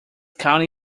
county